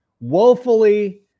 woefully